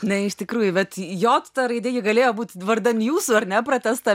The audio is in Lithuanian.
na iš tikrųjų bet jot ta raidė gi galėjo būti vardan jūsų ar ne pratęsta